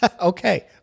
Okay